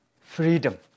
freedom